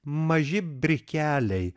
maži brikeliai